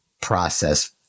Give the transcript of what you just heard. process